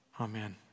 Amen